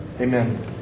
Amen